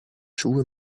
schuhe